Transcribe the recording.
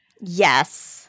yes